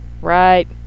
right